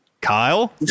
Kyle